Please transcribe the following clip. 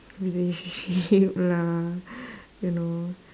relationship lah you know